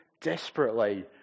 desperately